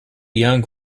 young